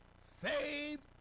saved